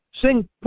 sing